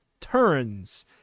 turns